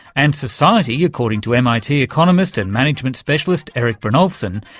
and society, according to mit economist and management specialist erik brynjolfsson,